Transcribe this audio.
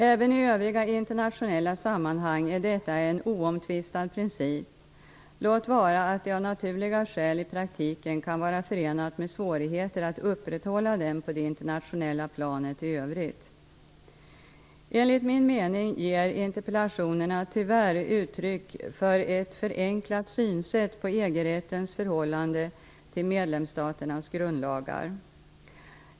Även i övriga internationella sammanhang är detta en oomtvistad princip, låt vara att det av naturliga skäl i praktiken kan vara förenat med svårigheter att upprätthålla den på det internationella planet i övrigt. Enligt min mening ger interpellationerna tyvärr uttryck för ett förenklat synsätt på EG-rättens förhållande till medlemsstaternas grundlagar.